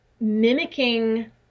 mimicking